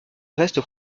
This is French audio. reste